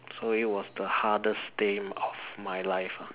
so it was the hardest day of my life ah